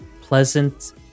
pleasant